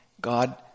God